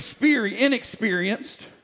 inexperienced